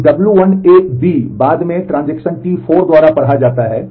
तो w1 है